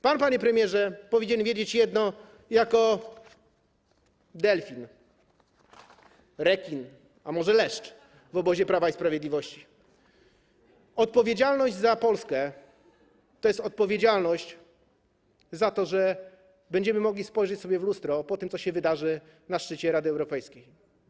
Pan, panie premierze, powinien wiedzieć jedno jako delfin, rekin, a może leszcz w obozie Prawa i Sprawiedliwości: odpowiedzialność za Polskę to jest odpowiedzialność za to, że będziemy mogli spojrzeć sobie w lustro po tym, co się wydarzy na szczycie Rady Europejskiej.